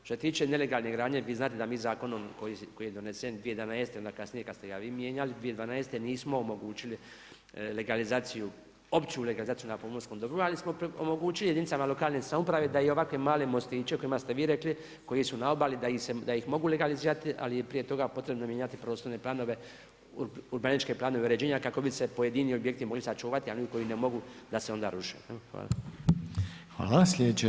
Što se tiče nelegalne gradnje, vi znate da mi zakonom koji je donesen 2011. onda kasnije kada ste ga vi mijenjali, 2011. nismo omogućili legalizaciju, opću legalizaciju na pomorskom dobru, ali smo omogućili jedinicama lokalne samouprave da i ovakvim malim mostićem, kojima ste vi rekli, koji su na obali, da ih mogu legalizirati, ali je prije toga potrebno mijenjati prostorne planove, urbanističke planove uređenja, kako bi se pojedini objekti sačuvati, a oni koji ne mogu da se onda ruše.